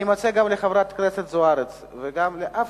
אני מציע גם לחברת הכנסת זוארץ ולאף